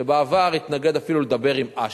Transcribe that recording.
שבעבר התנגד אפילו לדבר עם אש"ף,